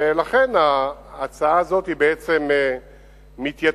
ולכן ההצעה הזאת בעצם מתייתרת.